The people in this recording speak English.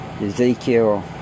Ezekiel